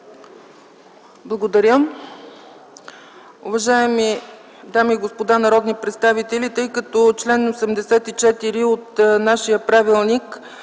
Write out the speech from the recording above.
Благодаря.